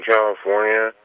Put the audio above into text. California